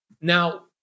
Now